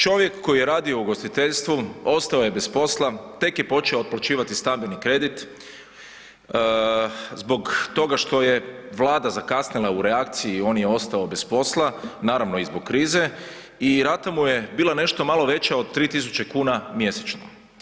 Čovjek koji je radio u ugostiteljstvu ostao je bez posla, tek je počeo otplaćivati stambeni kredit zbog toga što je Vlada zakasnila u reakciji on je ostao bez posla, naravno i zbog krize i rata mu je bila nešto malo veća od 3.000 kuna mjesečno.